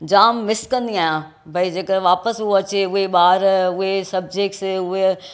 जाम miss कंदी आहियां भई जेका वापसि उहा अचे उहे ॿार उहे सब्जेक्ट्स उहे